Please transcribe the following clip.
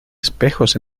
espejos